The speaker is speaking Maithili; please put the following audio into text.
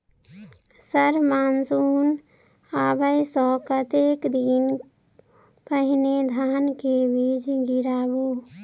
सर मानसून आबै सऽ कतेक दिन पहिने धान केँ बीज गिराबू?